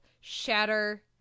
shatter